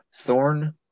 thorn